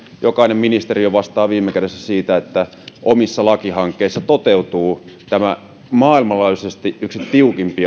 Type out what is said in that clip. jokainen ministeriö vastaa viime kädessä siitä että omissa lakihankkeissa toteutuu tämä maailmanlaajuisesti yksi tiukimmista